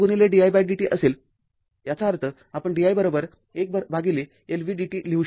आता जर vLdidt असेल याचा अर्थ आपण di १ L v dt लिहू शकतो